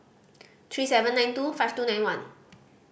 three seven nine two five two nine one